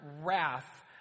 wrath